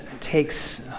takes